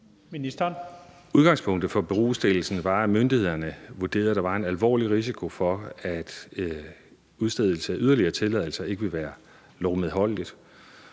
Udgangspunktet for berostillelsen var, at myndighederne vurderede, at der var en alvorlig risiko for, at udstedelse af yderligere tilladelser ikke ville være lovmedholdeligt,